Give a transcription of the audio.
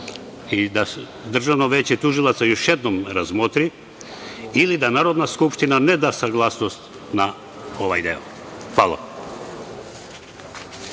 i da Državno veće tužilaca još jednom razmotri ili da Narodna skupština ne da saglasnost na ovaj deo. Hvala.